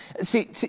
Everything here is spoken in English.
See